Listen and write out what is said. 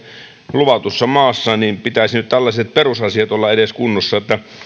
luvatussa maassa niin pitäisi nyt tällaisten perusasioiden edes olla kunnossa että